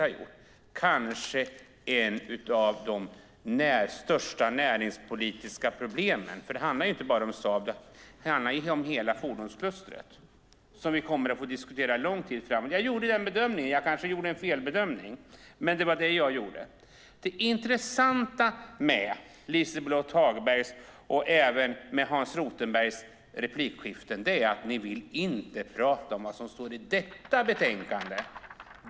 Det kanske är ett av de största näringspolitiska problemen. Det handlar ju inte bara om Saab, utan det handlar om hela fordonsklustret. Detta kommer vi att få diskutera under lång tid framöver. Jag gjorde den bedömningen; det kanske var en felbedömning men det var den jag gjorde. Det intressanta med Liselott Hagberg och även Hans Rothenbergs replikskiften är att ni inte vill tala om det som står i detta betänkande.